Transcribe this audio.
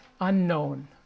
unknown